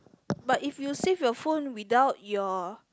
but if you save your phone without your